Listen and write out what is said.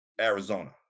Arizona